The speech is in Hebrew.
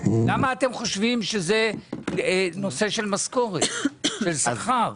למה אתם חושבים שזה נושא של משכורת, של שכר?